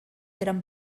eren